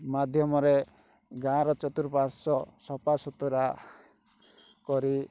ମାଧ୍ୟମରେ ଗାଁ ର ଚତୁଃପାର୍ଶ୍ଵ ସଫା ସୁତୁରା କରି